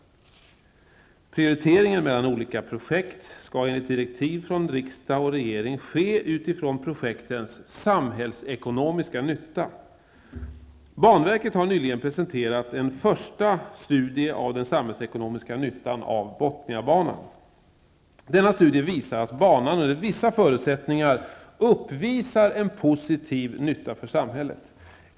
Prioriteringen mellan olika projekt skall enligt direktiv från riksdag och regering ske utifrån projektens samhällsekonomiska nytta. Banverket har nyligen presenterat en första studie av den samhällsekonomiska nyttan av Bothniabanan. Denna studie visar att banan under vissa förutsättningar uppvisar en positiv nytta för samhället.